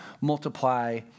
multiply